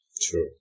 True